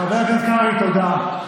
חבר הכנסת קרעי, תודה.